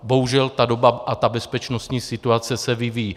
Bohužel ta doba a ta bezpečnostní situace se vyvíjejí.